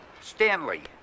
Stanley